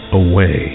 away